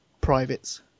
privates